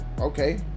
okay